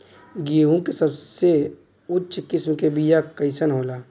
गेहूँ के सबसे उच्च किस्म के बीया कैसन होला?